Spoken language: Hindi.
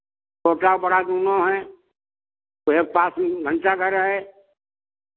छोटा और बड़ा दोनो हैं उधर पास में घंटाघर है